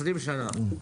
20 שנה.